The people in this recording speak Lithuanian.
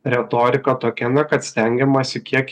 retorika tokia na kad stengiamasi kiek